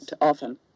often